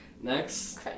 Next